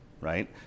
right